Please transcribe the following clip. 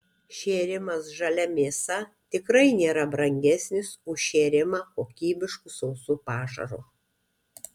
šėrimas žalia mėsa tikrai nėra brangesnis už šėrimą kokybišku sausu pašaru